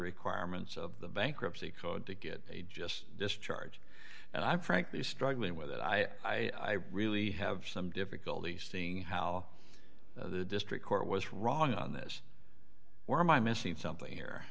requirements of the bankruptcy code to get a just discharge and i'm frankly struggling with that i really have some difficulty seeing how the district court was wrong on this or am i missing something here